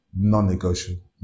non-negotiable